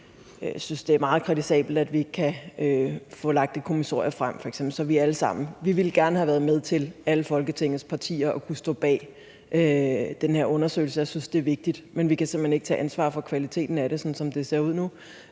Jeg synes, det er meget kritisabelt, at vi f.eks. ikke kan få lagt det kommissorium frem. Alle Folketingets partier ville gerne have været med til at kunne stå bag den her undersøgelse, som jeg synes er vigtig, men vi kan simpelt hen ikke tage ansvar for kvaliteten af det, sådan som det ser ud nu.